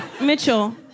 Mitchell